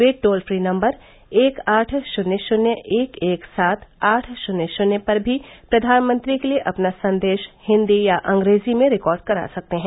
वे toll free number एक आठ शून्य शून्य एक एक सात आठ शून्य शून्य पर भी प्रधानमंत्री के लिए अपना संदेश हिंदी या अंग्रेजी में रिकॉर्ड करा सकते हैं